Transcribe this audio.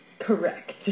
Correct